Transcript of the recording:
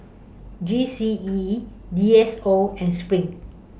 G C E D S O and SPRING